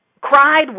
Cried